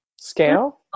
scale